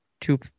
two